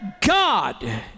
God